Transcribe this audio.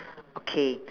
okay